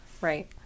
Right